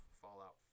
Fallout